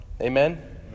Amen